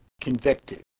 convicted